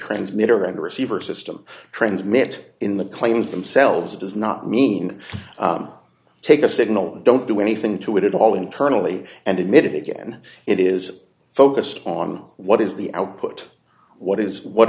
transmitter and receiver system transmit in the claims themselves does not mean take a signal and don't do anything to it at all internally and emitted again it is focused on what is the output what is what